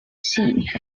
seat